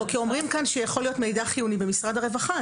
אומרים כאן שיכול להיות מידע חיוני במשרד הרווחה.